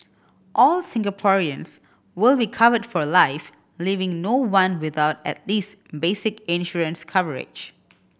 all Singaporeans will be covered for life leaving no one without at least basic insurance coverage